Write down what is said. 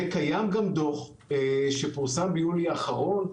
קיים גם דוח שפורסם ביולי האחרון,